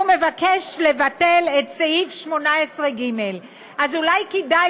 הוא מבקש לבטל את סעיף 18ג. אז אולי כדאי